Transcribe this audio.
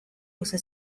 gusa